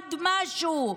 תלמד משהו.